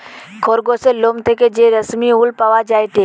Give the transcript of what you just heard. খরগোসের লোম থেকে যে রেশমি উল পাওয়া যায়টে